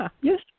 Yes